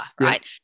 right